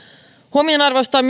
huomionarvoista on